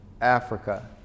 Africa